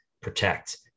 protect